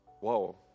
Wow